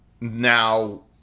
Now